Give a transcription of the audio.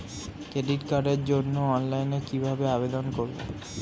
Credit কার্ডের জন্য অনলাইনে কিভাবে আবেদন করব?